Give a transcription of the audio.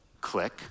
click